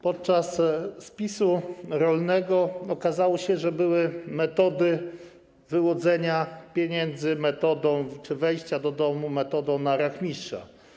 Podczas spisu rolnego okazało się, że była metoda wyłudzenia pieniędzy, wejścia do domu - metoda na rachmistrza.